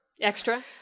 Extra